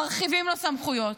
מרחיבים לו סמכויות.